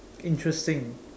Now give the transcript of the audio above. interesting